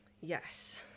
Yes